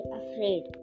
afraid